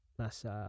nasa